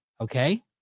Okay